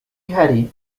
ihari